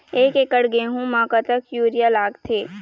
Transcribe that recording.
एक एकड़ गेहूं म कतक यूरिया लागथे?